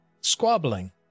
squabbling